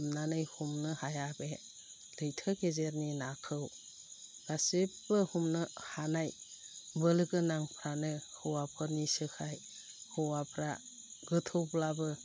हाबनानै हमनो हाया बे लैथो गेजेरनि नाखौ गासिब्बो हमनो हानाय बोलो गोनांफ्रानो हौवाफोरनिसोखाय हौवाफ्रा गोथौब्लाबो